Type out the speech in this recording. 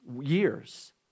years